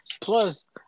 Plus